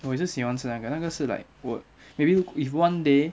我也是喜欢吃那个那个是 like 我 maybe if one day